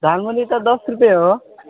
झालमुरी त दस रुपियाँ हो